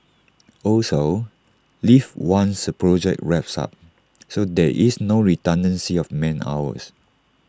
also leave once A project wraps up so there is no redundancy of man hours